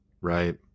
Right